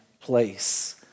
place